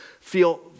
feel